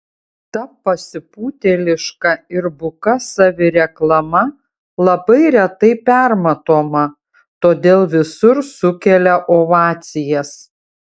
ta pasipūtėliška ir buka savireklama labai retai permatoma todėl visur sukelia ovacijas